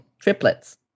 triplets